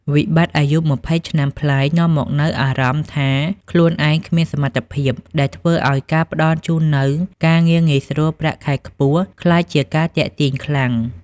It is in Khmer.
វិបត្តិអាយុ២០ ឆ្នាំប្លាយនាំមកនូវអារម្មណ៍ថាខ្លួនឯង "គ្មានសមត្ថភាព" ដែលធ្វើឱ្យការផ្តល់ជូននូវ "ការងារងាយស្រួល ប្រាក់ខែខ្ពស់" ក្លាយជាការទាក់ទាញខ្លាំង។